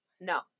No